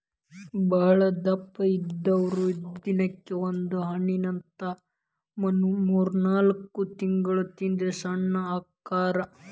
ಬಾಳದಪ್ಪ ಇದ್ದಾವ್ರು ದಿನಕ್ಕ ಒಂದ ಹಣ್ಣಿನಂತ ಮೂರ್ನಾಲ್ಕ ತಿಂಗಳ ತಿಂದ್ರ ಸಣ್ಣ ಅಕ್ಕಾರ